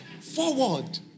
forward